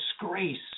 disgrace